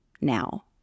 now